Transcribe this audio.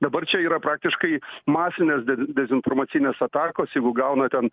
dabar čia yra praktiškai masinės dezi dezinformacinės atakos jeigu gauna ten